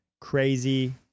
Crazy